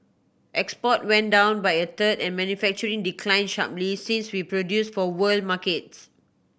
export went down by a third and manufacturing declined sharply since we produced for world markets